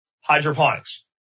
hydroponics